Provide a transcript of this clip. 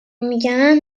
میگن